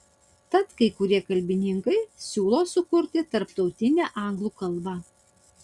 tad kai kurie kalbininkai siūlo sukurti tarptautinę anglų kalbą